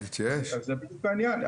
אז זה בדיוק העניין.